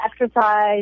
exercise